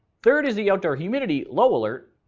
third, is the outdoor humidity low alert.